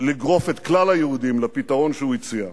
לגרוף את כלל היהודים לפתרון שהוא הציע,